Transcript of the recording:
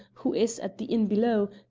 who is at the inn below,